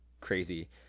crazy